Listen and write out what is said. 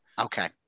Okay